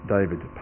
David